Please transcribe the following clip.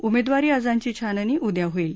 उमेदवारी अर्जांची छाननी उद्या होईल